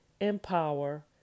empower